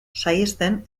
saihesten